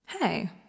Hey